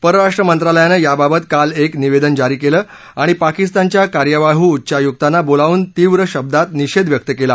परराष्ट्र मंत्रालयानं याबाबत काल एक निवेदन जारी केलं आणि पाकिस्तानच्या कार्यवाहू उच्चायुकांना बोलावून तीव्र शब्दात निषेध व्यक्त केला